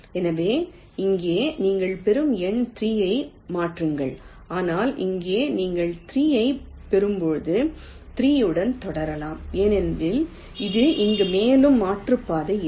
எனவே இங்கே நீங்கள் பெறும் எண் 3 ஐ மாற்றுங்கள் ஆனால் இங்கே நீங்கள் 3 ஐப் பெறும்போது 3 உடன் தொடரலாம் ஏனெனில் இது இங்கு மேலும் மாற்றுப்பாதை இல்லை